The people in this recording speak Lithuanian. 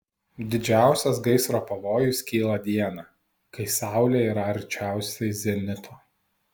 didžiausias gaisro pavojus kyla dieną kai saulė yra arčiausiai zenito